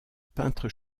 peintre